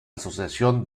asociación